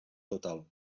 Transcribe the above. total